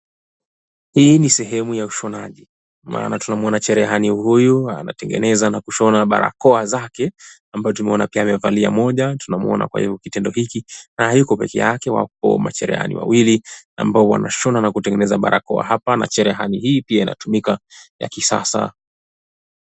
Hii ni sehemu ya ushonaji maana tunamuona cherehani huyu anatengeneza na kushona barakoa zake ambayo tunaona pia amevalia moja tunamuona kwenye kitendo hiki na hayuko pekeake wako macherehani wawili ambao wanashona na kutengeneza barakoa hapa na cherehani hii pia inatumika ya kisasa.